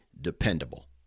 dependable